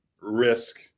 risk